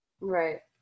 Right